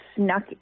snuck